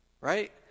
right